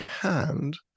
hand